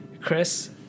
Chris